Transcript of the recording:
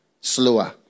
slower